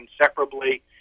inseparably